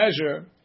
measure